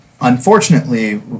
unfortunately